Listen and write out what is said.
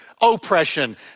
oppression